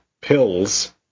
pills